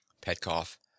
Petkoff